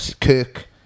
Kirk